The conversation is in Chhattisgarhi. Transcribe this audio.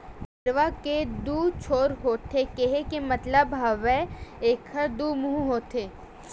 गेरवा के दू छोर होथे केहे के मतलब हवय एखर दू मुहूँ होथे